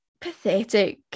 pathetic